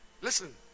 listen